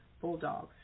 bulldogs